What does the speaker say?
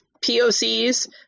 POCs